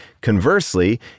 conversely